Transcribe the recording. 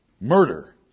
murder